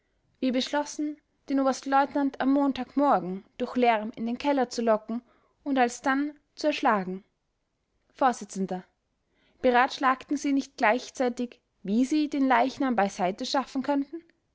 wir beschlossen den oberstleutnant am montag morgen durch lärm in den keller zu locken und alsdann zu erschlagen vors beratschlagten sie nicht gleichzeitig wie sie den leichnam beiseite schaffen könnten